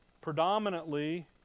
predominantly